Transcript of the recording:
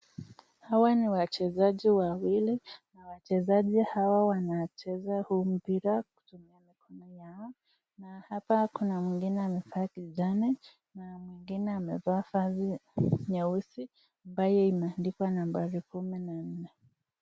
Hawa ni wachezaji wawili na wachezaji hawa wanacheza huu mpira kutumia mikono yao, na hapa kuna mwingine amevaa kijani na mwingine amevaa vazi nyeusi ambayo imeandikwa nambari kumi na nne.